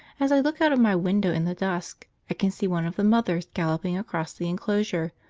as i look out of my window in the dusk i can see one of the mothers galloping across the enclosure,